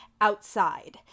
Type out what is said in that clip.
outside